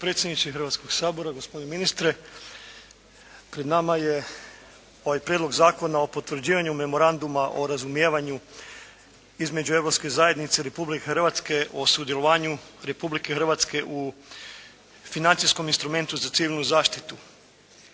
Gospodine predsjedniče Hrvatskog sabora, gospodine ministre. Pred nama je ovaj Prijedlog zakona o potvrđivanju memoranduma o razumijevanju između europske zajednice Republike Hrvatske o sudjelovanju Republike Hrvatske u financijskom instrumentu za civilnu zaštitu.